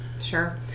Sure